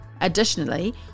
Additionally